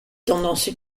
tendance